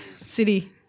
City